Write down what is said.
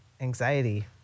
anxiety